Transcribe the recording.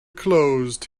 closed